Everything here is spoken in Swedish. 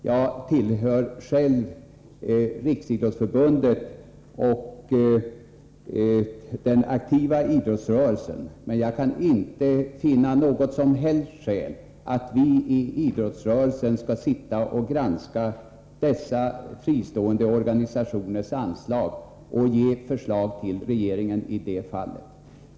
Jag tillhör själv Riksidrottsförbundet och den aktiva idrottsrörelsen, men jag kan inte finna något som helst skäl att vi i idrottsrörelsen skall sitta och granska dessa fristående organisationers anslag och ge förslag till regeringen i det fallet.